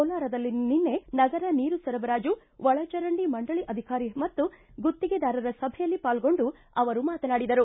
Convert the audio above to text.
ಕೋಲಾರದಲ್ಲಿ ನಿನ್ನೆ ನಗರ ನೀರು ಸರಬರಾಜು ಒಳಚರಂಡಿ ಮಂಡಳಿ ಅಧಿಕಾರಿ ಮತ್ತು ಗುತ್ತಿಗೆದಾರರ ಸಭೆಯಲ್ಲಿ ಪಾಲ್ಗೊಂಡು ಅವರು ಮಾತನಾಡಿದರು